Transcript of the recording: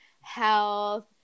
health